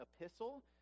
epistle